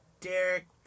Derek